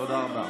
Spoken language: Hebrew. תודה רבה.